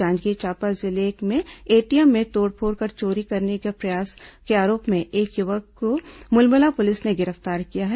जांजगीर चांपा जिले में एटीएम में तोड़फोड़ कर चोरी का प्रयास करने के आरोप में एक युवक को मुलमुला पुलिस ने गिरफ्तार किया है